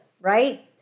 right